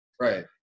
Right